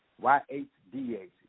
Y-H-D-H